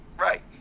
Right